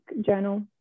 journal